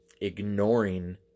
ignoring